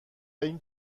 این